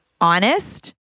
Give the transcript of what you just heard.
honest